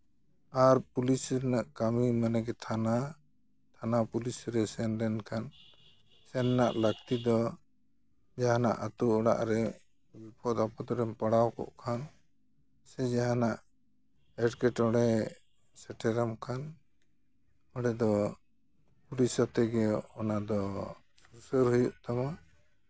ᱟᱨ police ᱨᱮᱱᱟᱜ ᱠᱟᱹᱢᱤ ᱢᱚᱱᱮᱜᱮ ᱛᱷᱟᱱᱟ ᱯᱩᱞᱤᱥ ᱨᱮ ᱥᱮᱱ ᱞᱮᱱᱠᱷᱟᱱ ᱥᱮᱱ ᱨᱮᱱᱟᱜ ᱞᱟᱹᱠᱛᱤ ᱫᱚ ᱡᱟᱦᱟᱱᱟᱜ ᱟᱛᱳ ᱚᱲᱟᱜ ᱨᱮ ᱵᱤᱯᱚᱫ ᱟᱯᱚᱫ ᱨᱮᱢ ᱯᱟᱲᱟᱣ ᱠᱚᱜ ᱠᱷᱟᱱ ᱥᱮ ᱡᱟᱦᱟᱱᱟᱜ ᱮᱴᱠᱮᱴᱚᱬᱮ ᱥᱮᱴᱮᱨᱟᱢ ᱠᱷᱟᱱ ᱚᱸᱰᱮ ᱫᱚ ᱯᱩᱞᱤᱥ ᱟᱛᱮᱜᱮ ᱚᱱᱟ ᱫᱚ ᱥᱩᱥᱟᱹᱨ ᱦᱩᱭᱩᱜ ᱛᱟᱢᱟ